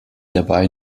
dabei